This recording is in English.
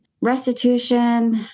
Restitution